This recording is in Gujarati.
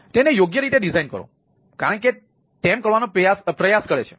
તેથી તેને યોગ્ય રીતે ડિઝાઇન કરો કારણ કે તે તેમ કરવાનો પ્રયાસ કરે છે